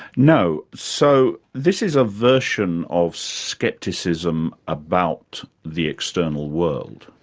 no. so this is a version of scepticism about the external world.